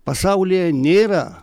pasaulyje nėra